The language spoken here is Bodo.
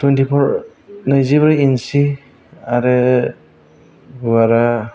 टुयेनटिफर नैजिब्रै इनसि आरो गुवारा